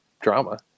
drama